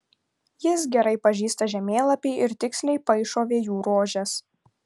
jis gerai pažįsta žemėlapį ir tiksliai paišo vėjų rožes